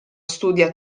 studia